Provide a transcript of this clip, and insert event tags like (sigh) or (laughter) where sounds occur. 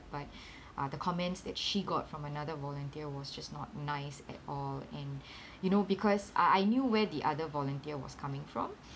but (breath) uh the comments that she got from another volunteer was just not nice at all and (breath) you know because I I knew where the other volunteer was coming from